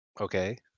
Okay